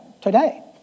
today